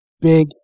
Big